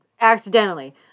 Accidentally